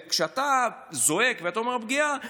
כשאתה זועק ואתה אומר "פגיעה",